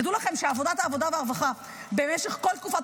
תדעו לכם שוועדת העבודה והרווחה במשך כל תקופת